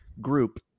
group